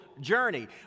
journey